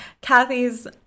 Kathy's